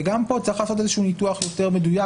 וגם פה צריך לעשות ניתוח יותר מדויק